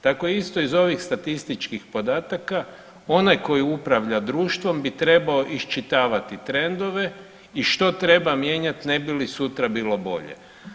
Tako isto iz ovih statističkih podataka onaj koji upravlja društvom bi trebao iščitavati trendove i što treba mijenjati ne bi li sutra bilo bolje.